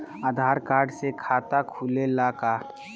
आधार card से खाता खुले ला का?